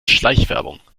schleichwerbung